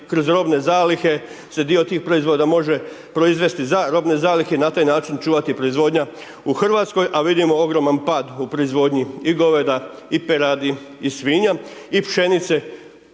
kroz robne zalihe se dio tih proizvoda može proizvesti za robne zalihe i na taj način čuvati proizvodnja u Hrvatskoj a vidimo ogroman pad u proizvodnji i goveda i peradi i svinja i pšenice